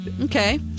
okay